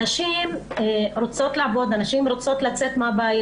הנשים רוצות לעבוד, הנשים רוצות לצאת מן הבית.